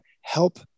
help